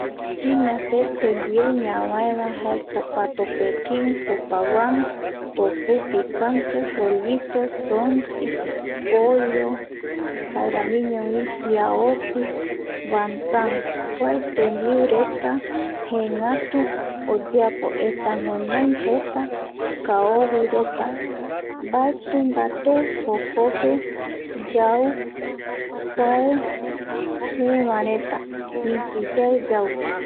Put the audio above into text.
Chinape ñavaeva tembiu jaeko patopekin sopaguan, toku, picante, rollito, sonti, pollo jaeramiñovi viaosis vantan kuae jae tembiureta jeengatu oyeapo esa guinoi jeta kaovireta ,mbaeti mbate jokope yau jëëvaereta misi yae yau